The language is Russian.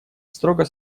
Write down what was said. строго